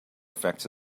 affects